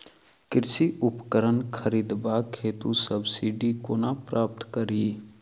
कृषि उपकरण खरीदबाक हेतु सब्सिडी कोना प्राप्त कड़ी?